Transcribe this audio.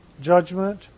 judgment